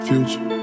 Future